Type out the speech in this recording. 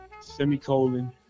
semicolon